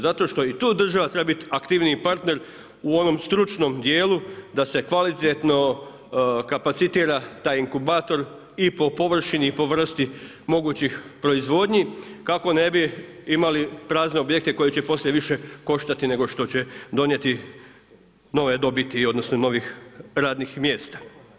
Zato što i tu država treba biti aktivni partner u onom stručnom dijelu da se kvalitetno kapacitira taj inkubator i po površini i po vrsti mogućih proizvodnji kako ne bi imali prazne objekte koji će poslije više koštati nego što će donijeti nove dobiti odnosno novih radnih mjesta.